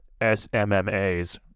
SMMAs